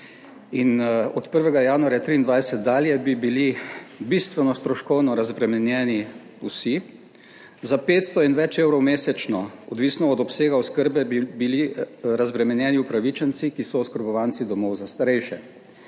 In od 1. januarja 2023 dalje bi bili bistveno stroškovno razbremenjeni vsi za 500 in več evrov mesečno, odvisno od obsega oskrbe, bi bili razbremenjeni upravičenci, ki so oskrbovanci domov za starejše.